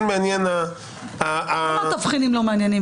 למה תבחינים לא מעניינים?